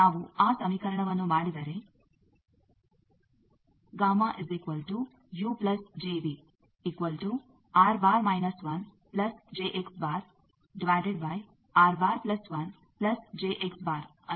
ನಾವು ಆ ಸಮೀಕರಣವನ್ನು ಮಾಡಿದರೆ ಅನ್ನು ಪಡೆಯುತ್ತೇವೆ